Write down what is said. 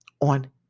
on